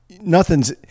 Nothing's